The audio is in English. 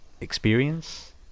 experience